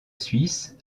suisse